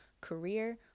career